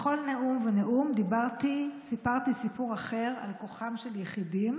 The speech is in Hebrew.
בכל נאום ונאום סיפרתי סיפור אחר על כוחם של יחידים,